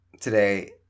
today